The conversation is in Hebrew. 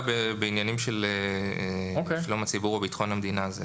בעניינים של שלום הציבור וביטחון המדינה.